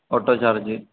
auto charge